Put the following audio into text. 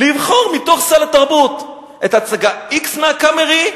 לבחור מתוך סל התרבות את ההצגה x מ"הקאמרי",